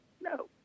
No